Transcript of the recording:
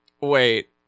Wait